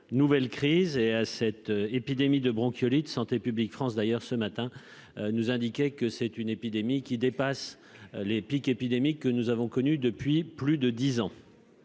nouvelle crise et à cette épidémie de bronchiolite Santé publique France d'ailleurs, ce matin, nous indiquait que c'est une épidémie qui dépasse les pics épidémiques que nous avons connu depuis plus de 10 ans.